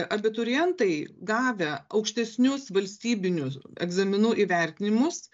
abiturientai gavę aukštesnius valstybinius egzaminų įvertinimus